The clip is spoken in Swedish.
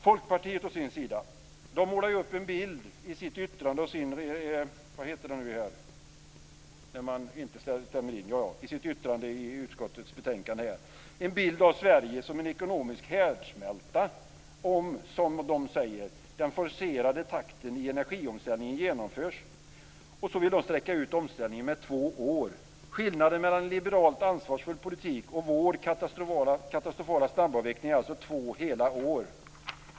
Folkpartiet å sin sida målar upp en bild i sitt yttrande av Sverige som en ekonomisk härdsmälta, om den forcerade takten i energiomställningen genomförs. Så vill de sträcka ut omställningen med två år. Skillnaden mellan en liberalt ansvarsfull politik och vår katastrofala snabbavveckling är alltså två hela år!